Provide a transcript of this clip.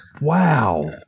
Wow